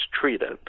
treated